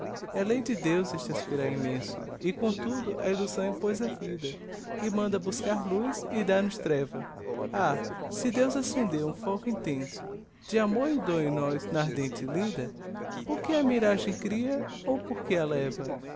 lei de deus este aspirar immenso e comtudo a illusão impoz à vida e manda buscar luz e dá-nos treva ah se deus accendeu um foco intenso de amor e dor em nós na ardente lida porque a miragem cria ou porque a leva